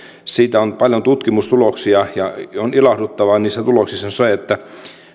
siitä on paljon tutkimustuloksia ja ilahduttavaa niissä tuloksissa on se että